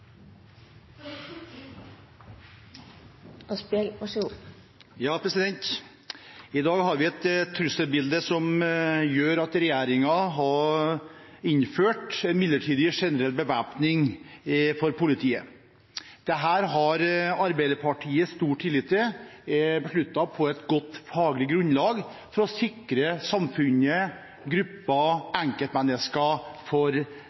I dag har vi et trusselbilde som gjør at regjeringen innførte en midlertidig generell bevæpning av politiet. Dette har Arbeiderpartiet stor tillit til er besluttet på et godt faglig grunnlag for å sikre samfunnet, grupper